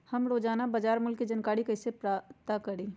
हम रोजाना बाजार मूल्य के जानकारी कईसे पता करी?